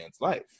life